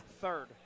third